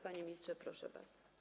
Panie ministrze, proszę bardzo.